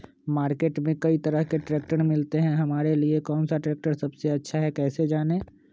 Market में कई तरह के ट्रैक्टर मिलते हैं हमारे लिए कौन सा ट्रैक्टर सबसे अच्छा है कैसे जाने?